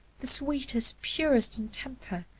the sweetest, purest in temper,